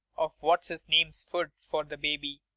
of what's-his-name's food for the baby.